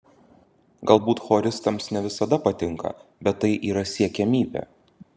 galbūt choristams ne visada patinka bet tai yra siekiamybė